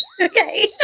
Okay